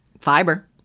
Fiber